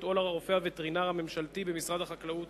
או לרופא הווטרינר הממשלתי במשרד החקלאות